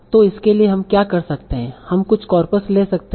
तो इसके लिए हम क्या कर सकते हैं हम कुछ कॉर्पस ले सकते हैं